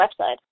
website